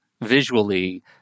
visually